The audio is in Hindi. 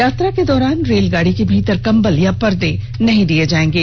यात्रा के दौरान रेलगाड़ी के भीतर कंबल या पर्दे नहीं दिये जाएगें